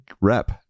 rep